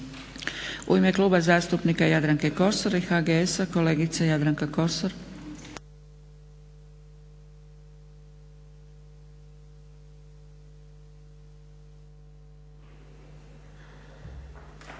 U ime Kluba zastupnika Jadranke Kosor i HGS-a kolegica Jadranka Kosor.